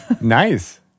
Nice